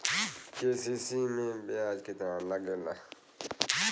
KCC में ब्याज कितना लागेला?